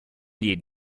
need